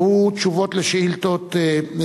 והוא תשובות על שאילתות ישירות